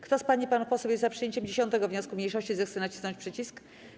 Kto z pań i panów posłów jest za przyjęciem 10. wniosku mniejszości, zechce nacisnąć przycisk.